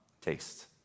taste